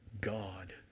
God